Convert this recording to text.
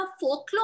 folklore